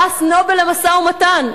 פרס נובל למשא-ומתן.